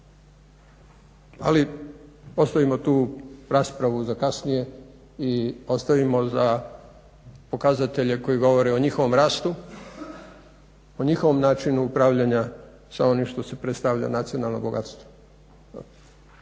Ali ostavimo tu raspravu za kasnije i ostavimo za pokazatelje koji govore o njihovom rastu, o njihovom načinu upravljanja sa onim što se predstavlja nacionalno bogatstvo.